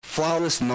Flawless